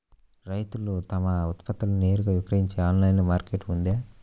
రైతులు తమ ఉత్పత్తులను నేరుగా విక్రయించే ఆన్లైను మార్కెట్ ఉందా?